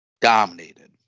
Dominated